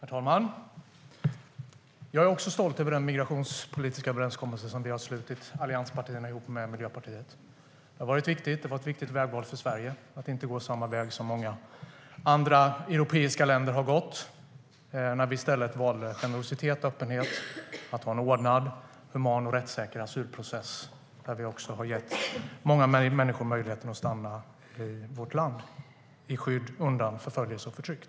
Herr talman! Även jag är stolt över den migrationspolitiska överenskommelse som allianspartierna slutit ihop med Miljöpartiet. Det var ett viktigt vägval för Sverige att inte gå samma väg som många andra europeiska länder har gått. Vi valde i stället generositet, öppenhet och en ordnad, human och rättssäker asylprocess. Vi har gett många människor möjlighet att stanna i vårt land i skydd undan förföljelse och förtryck.